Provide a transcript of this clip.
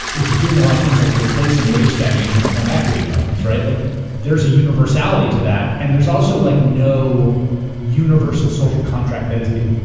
which is doing a lot of things like replacing wage stagnation with home equity loans, like there's a universality to that. and there's also like no universal social contract that has been